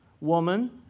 woman